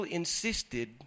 insisted